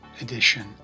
edition